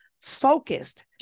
focused